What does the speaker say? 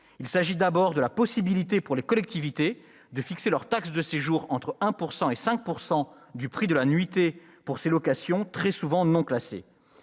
Il s'agit d'abord de la possibilité pour les collectivités de fixer leur taxe de séjour entre 1 % et 5 % du prix de la nuitée pour ces locations très souvent « non classées